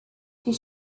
die